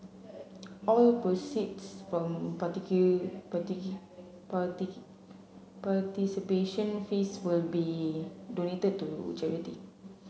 all proceeds from participation fees will be donated to charity